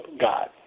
God